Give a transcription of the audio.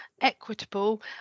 equitable